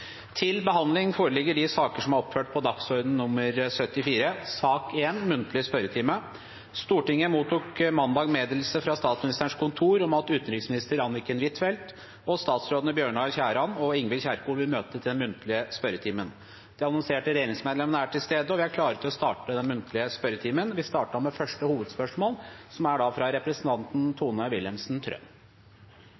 til den muntlige spørretimen. De annonserte regjeringsmedlemmene er til stede, og vi er klare til å starte den muntlige spørretimen. Vi starter da med første hovedspørsmål, fra representanten